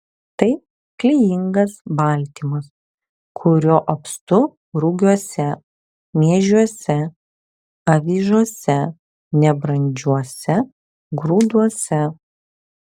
tai klijingas baltymas kurio apstu rugiuose miežiuose avižose nebrandžiuose grūduose